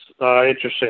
interesting